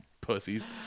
pussies